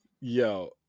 Yo